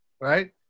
right